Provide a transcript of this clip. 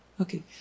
Okay